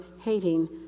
hating